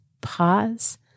pause